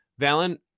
Valen